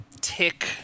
tick